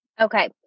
Okay